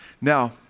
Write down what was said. Now